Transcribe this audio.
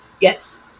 yes